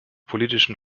politischen